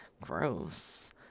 Gross